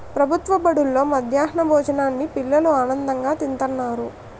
ప్రభుత్వ బడుల్లో మధ్యాహ్నం భోజనాన్ని పిల్లలు ఆనందంగా తింతన్నారు